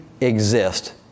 exist